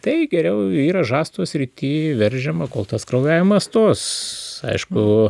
tai geriau yra žasto srity veržiama kol tas kraujavimas stos aišku